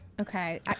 Okay